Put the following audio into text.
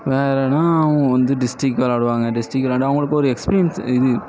வேறன்னா அவங்க வந்து டிஸ்ட்ரிக் விளாடுவாங்க டிஸ்ட்ரிக் விளாண்ட்டு அவங்களுக்கும் ஒரு எக்ஸ்பீரியன்ஸு இது